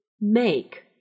make